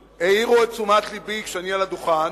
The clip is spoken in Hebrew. העירו את תשומת לבי, כשאני על הדוכן,